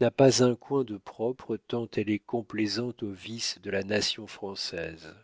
n'a pas un coin de propre tant elle est complaisante aux vices de la nation française